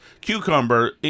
cucumber